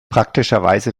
praktischerweise